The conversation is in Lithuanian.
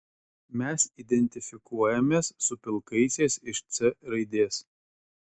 mes identifikuojamės su pilkaisiais iš c raidės